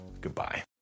Goodbye